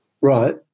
Right